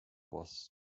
was